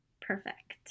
perfect